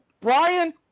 Brian